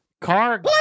Car